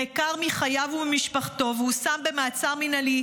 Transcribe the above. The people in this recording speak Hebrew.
נעקר מחייו וממשפחתו והושם במעצר מינהלי,